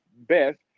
best